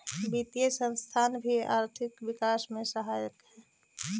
वित्तीय संस्थान भी आर्थिक विकास में सहायक हई